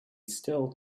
still